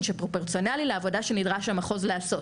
שפרופורציונלי לעבודה שנדרש המחוז לעשות.